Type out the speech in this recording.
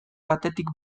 batetik